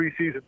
preseason